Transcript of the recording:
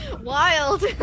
wild